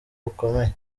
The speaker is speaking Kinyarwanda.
bukomeye